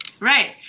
Right